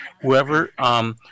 whoever